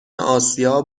آسیا